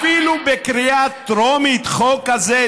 אפילו בקריאה טרומית חוק כזה,